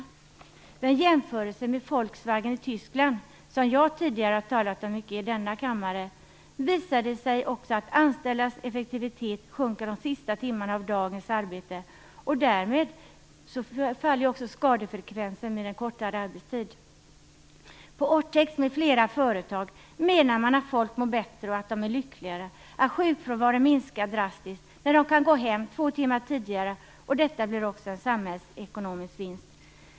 Vid en jämförelse med Volkswagen i Tyskland, som jag tidigare har talat om i denna kammare, visar det sig också att anställdas effektivitet sjunker de sista timmarna av dagens arbete. Därmed faller också skadefrekvensen med en kortare arbetstid. På Orthex m.fl. företag menar man att folk mår bättre och att de är lyckligare och att sjukfrånvaron minskar drastiskt när de kan gå hem två timmar tidigare. Detta blir också en samhällsekonomisk vinst.